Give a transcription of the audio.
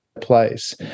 place